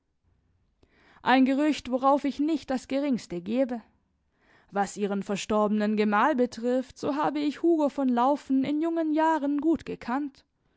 ein gerücht worauf ich nicht das geringste gebe was ihren verstorbenen gemahl betrifft so habe ich hugo von laufen in jungen jahren gut gekannt